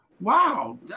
Wow